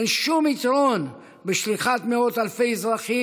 אין שום יתרון בשליחת מאות אלפי אזרחים,